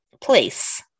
Place